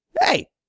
hey